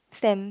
stamps